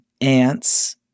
ants